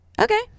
Okay